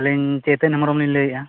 ᱟᱹᱞᱤᱧ ᱪᱳᱭᱛᱚᱱ ᱦᱮᱢᱵᱨᱚᱢ ᱞᱤᱧ ᱞᱟᱹᱭᱮᱫᱟ